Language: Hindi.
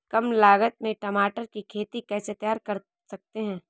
कम लागत में टमाटर की खेती कैसे तैयार कर सकते हैं?